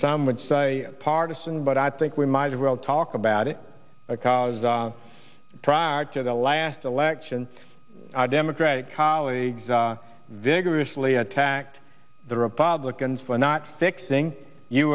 some would say partisan but i think we might as well talk about it because i tried to the last election our democratic colleagues vigorously attacked the republicans for not fixing you